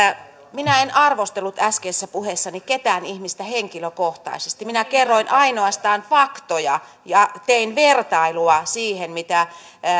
minä en arvostellut äskeisessä puheessani ketään ihmistä henkilökohtaisesti minä kerroin ainoastaan faktoja ja tein vertailua mitä